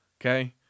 Okay